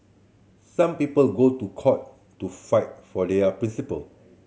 some people go to court to fight for their principle